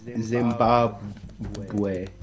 Zimbabwe